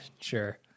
sure